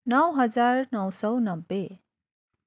नौ हजार नौ सौ नब्बे